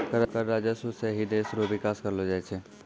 कर राजस्व सं ही देस रो बिकास करलो जाय छै